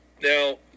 Now